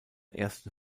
ersten